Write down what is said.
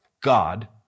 God